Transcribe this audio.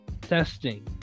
Testing